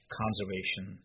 conservation